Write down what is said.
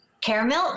Caramel